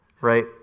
right